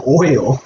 oil